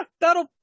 that'll